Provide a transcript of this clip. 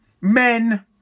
men